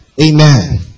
Amen